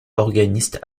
organiste